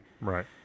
Right